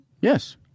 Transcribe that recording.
Yes